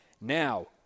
now